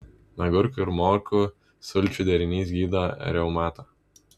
agurkų ir morkų sulčių derinys gydo reumatą